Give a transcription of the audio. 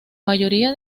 mayoría